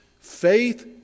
Faith